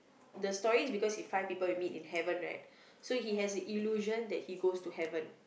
the story is because he five people he meet in Heaven right so he has the illusion that he goes to Heaven